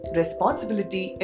responsibility